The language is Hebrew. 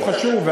שהוא חשוב,